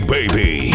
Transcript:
Baby